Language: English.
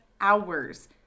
hours